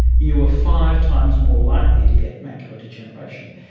you were five times more likely to get macular degeneration.